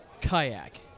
kayak